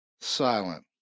silent